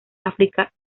áfrica